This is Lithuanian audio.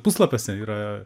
puslapiuose yra